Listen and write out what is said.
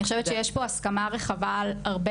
אני חושבת שיש פה הסכמה רחבה על הרבה